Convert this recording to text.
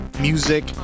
music